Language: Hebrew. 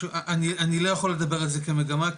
אני לא יכול לדבר על זה כמגמה,